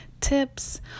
tips